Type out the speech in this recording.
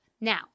Now